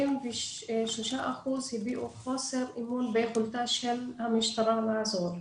ו-93% הביעו חוסר אמון ביכולתה של המשטרה לעזור.